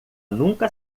nunca